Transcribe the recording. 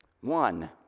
one